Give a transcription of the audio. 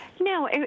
No